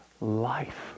life